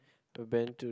I'd been to